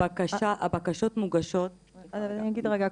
הבקשות מוגשות --- אני אגיד רגע,